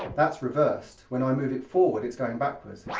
that's reversed. when i move it forward it's going backwards